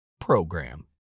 program